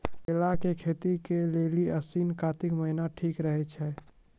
केला के खेती के लेली आसिन कातिक महीना ठीक रहै छै